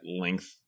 length